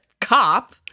cop